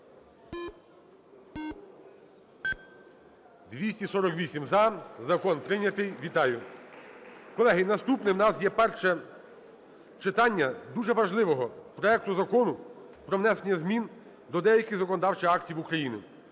За-248 Закон прийнятий. Вітаю! Колеги, наступне. В нас є перше читання дуже важливого проекту Закону про внесення змін до деяких законодавчих актів України